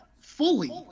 fully